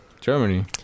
Germany